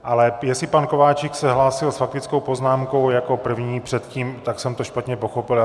Ale jestli pan Kováčik se hlásil s faktickou poznámkou jako první předtím, tak jsem to špatně pochopil.